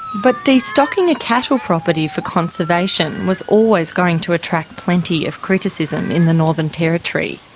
but de-stocking a cattle property for conservation was always going to attract plenty of criticism in the northern territory.